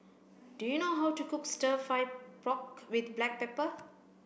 do you know how to cook stir fry pork with black pepper